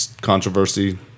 controversy